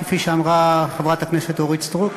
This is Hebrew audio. כפי שאמרה חברת הכנסת אורית סטרוק,